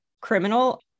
criminal